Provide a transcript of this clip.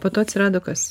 po to atsirado kas